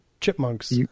chipmunks